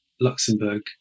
Luxembourg